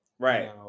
Right